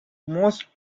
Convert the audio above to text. most